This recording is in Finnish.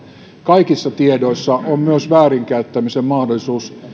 kaikissa tiedoissa on myös väärinkäyttämisen mahdollisuus